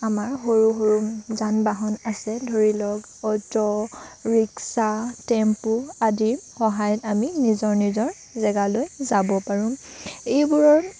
আমাৰ সৰু সৰু যান বাহন আছে ধৰি লওক অ'টো ৰিক্সা টেম্পু আদিৰ সহায়ত আমি নিজৰ নিজৰ জেগালৈ যাব পাৰোঁ এইবোৰৰ